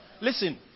Listen